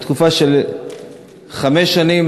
לתקופה של חמש שנים,